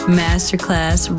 masterclass